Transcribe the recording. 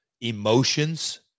emotions